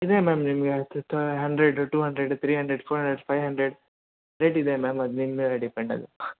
ಇದೆ ಮ್ಯಾಮ್ ನಿಮಗೆ ಹತ್ತತ್ರ hundred two hundred three hundred four hundred five hundred rate ಇದೆ ಮ್ಯಾಮ್ ಅದು ನಿಮ್ಮ ಮೇಲೆ ಡಿಪೆಂಡ್ ಅದು